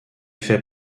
fait